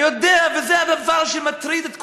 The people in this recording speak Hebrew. אני יודע, וזה הדבר שמטריד את כולכם.